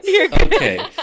Okay